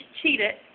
cheated